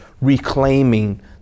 reclaiming